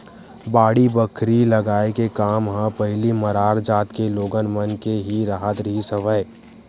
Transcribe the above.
बाड़ी बखरी लगाए के काम ह पहिली मरार जात के लोगन मन के ही राहत रिहिस हवय